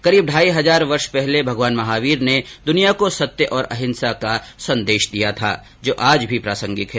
करीब ढाई हजार पहले भगवान महावीर ने दुनिया को सत्य और अहिंसा का संदेश दिया था जो आज भी प्रासंगिक है